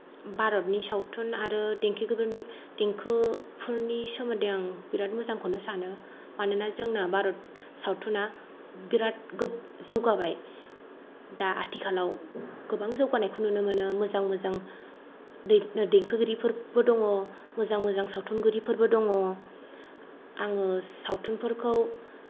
भारतनि सावथुन आरो देंखोगिरि देंखोफोरनि सोमोन्दै आं बिरात मोजांखौनो सानो मानोना जोंना भारत सावथुना बिरात जौगाबाय दा आथिखालाव गोबां जौगानायखौ नुनो मोनो मोजां मोजां देंखोगिरिफोरबो दङ मोजां मोजां सावथुनगिरिफोरबो दङ आङो सावथुनफोरखौ